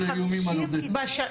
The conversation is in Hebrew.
ציבור.